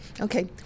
Okay